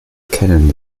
kennen